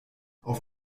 auf